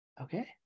Okay